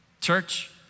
Church